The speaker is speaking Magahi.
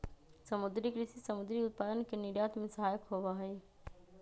समुद्री कृषि समुद्री उत्पादन के निर्यात में सहायक होबा हई